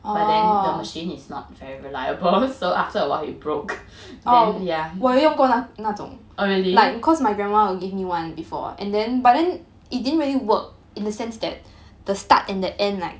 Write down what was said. but then the machine is not very reliable so after a while it broke then yeah oh really